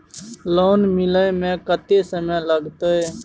Loan मिले में कत्ते समय लागते?